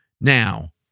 Now